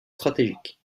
stratégique